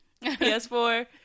PS4